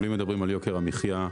אבל אם מדברים על יוקר המחיה,